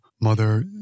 mother